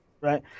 Right